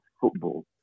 football